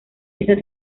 esa